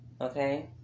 okay